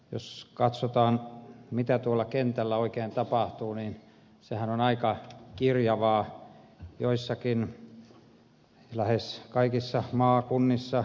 jos katsotaan mitä tuolla kentällä oikein tapahtuu niin sehän on aika kirjavaa joissakin lähes kaikissa maakunnissa